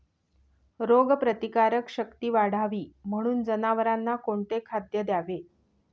रोगप्रतिकारक शक्ती वाढावी म्हणून जनावरांना कोणते खाद्य द्यावे?